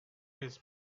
his